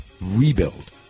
Rebuild